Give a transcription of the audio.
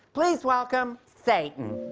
please welcome satan.